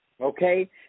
Okay